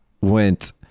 went